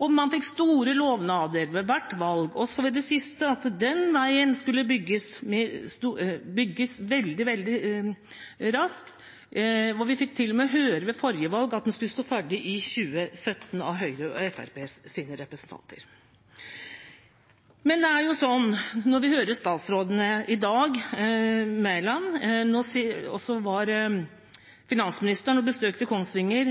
Man fikk store lovnader ved hvert valg, også ved det siste, om at veien skulle bygges veldig raskt. Vi fikk til og med høre fra Høyres og Fremskrittspartiets representanter ved forrige valg at den skulle stå ferdig i 2017. Vi hører hva statsråd Mæland sier i dag, og finansministeren var og besøkte Kongsvinger